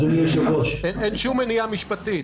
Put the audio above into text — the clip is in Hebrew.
אין שום מניעה משפטית.